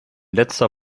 letzter